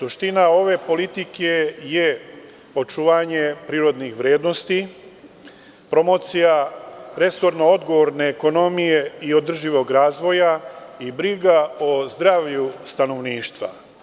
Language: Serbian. Suština ove politike je očuvanje prirodnih vrednosti, promocija resorno odgovorne ekonomije i održivog razvoja i briga o zdravlju stanovništva.